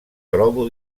trobo